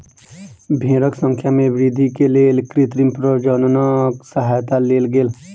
भेड़क संख्या में वृद्धि के लेल कृत्रिम प्रजननक सहयता लेल गेल